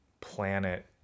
planet